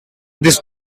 this